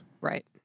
right